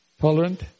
tolerant